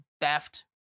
theft